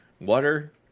water